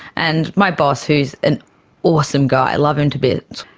and my boss, who is an awesome guy, love him to bits,